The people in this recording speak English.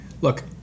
look